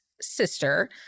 sister